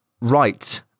right